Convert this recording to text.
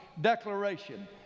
declaration